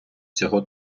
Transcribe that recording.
цього